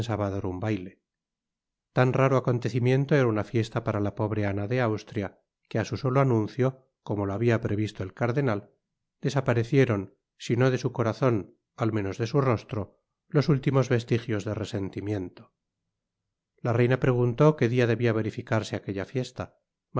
dar un baile tan raro acontecimiento era una fiesta para la pobre ana de austria que á su solo anuncio como lo habia previsto el cardenal desaparecieron sino de su corazon al menos de su rostro los últimos vestigios de resentimiento la reina preguntó que dia debia verificarse aquella fiesta